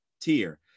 tier